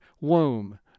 womb